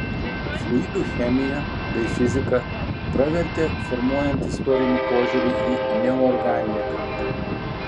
fluidų chemija bei fizika pravertė formuojant istorinį požiūrį į neorganinę gamtą